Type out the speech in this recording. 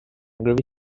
with